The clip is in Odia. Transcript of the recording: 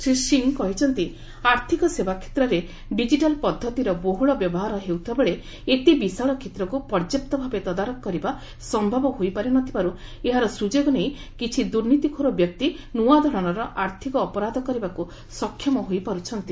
ଶ୍ରୀ ସିଂ କହିଛନ୍ତି ଆର୍ଥିକ ସେବା କ୍ଷେତ୍ରରେ ଡିଜିଟାଲ୍ ପଦ୍ଧତିର ବହୁଳ ବ୍ୟବହାର ହେଉଥିବାବେଳେ ଏତେ ବିଶାଳ କ୍ଷେତ୍ରକୁ ପର୍ଯ୍ୟାପ୍ତ ଭାବେ ତଦାରଖ କରିବା ସମ୍ଭବ ହୋଇପାରି ନ ଥିବାରୁ ଏହାର ସୁଯୋଗ ନେଇ କିଛି ଦୁର୍ନୀତିଖୋର ବ୍ୟକ୍ତି ନୂଆ ଧରଣର ଆର୍ଥିକ ଅପରାଧ କରିବାକୁ ସକ୍ଷମ ହୋଇପାରୁଛନ୍ତି